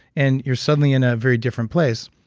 and you're suddenly in a very different place.